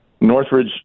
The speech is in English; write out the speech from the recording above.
Northridge